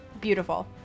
Beautiful